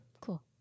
Cool